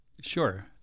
Sure